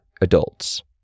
adults